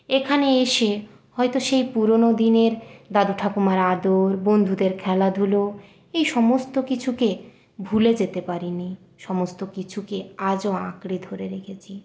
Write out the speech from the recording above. এখানে এসে হয়তো সেই পুরোনো দিনের দাদু ঠাকুমার আদর বন্ধুদের খেলাধুলো এই সমস্ত কিছুকে ভুলে যেতে পারিনি সমস্ত কিছুকে আজও আঁকড়ে ধরে রেখেছি